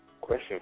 Question